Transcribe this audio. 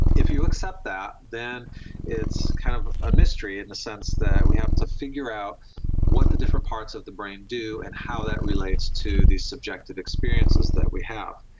if you accept that, then it's kind of a mystery in the sense that we have to figure out what the different parts of the brain do and how that relates to these subjective experiences that we have.